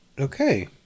Okay